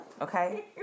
Okay